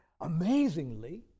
amazingly